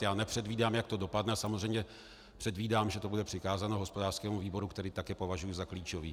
Já nepředvídám, jak to dopadne, a samozřejmě předvídám, že to bude přikázáno hospodářskému výboru, který také považuji za klíčový.